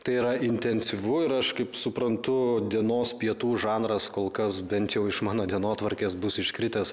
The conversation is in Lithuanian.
tai yra intensyvu ir aš kaip suprantu dienos pietų žanras kol kas bent jau iš mano dienotvarkės bus iškritęs